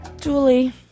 Julie